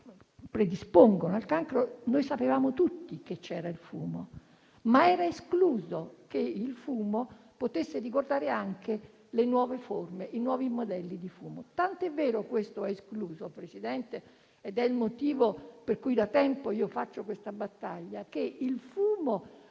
che predispongono al cancro, sapevamo tutti che c'era il fumo, ma era escluso che il fumo potesse riguardare anche le nuove forme, i nuovi modelli di fumo. Ciò è tanto vero, signor Presidente, ed è il motivo per cui da tempo porto avanti questa battaglia, che il fumo